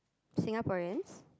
Singaporeans